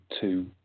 two